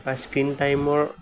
বা স্ক্ৰিন টাইমৰ